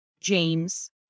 James